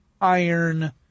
iron